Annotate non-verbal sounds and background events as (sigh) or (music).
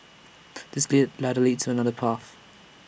(noise) this (noise) ladder leads to another path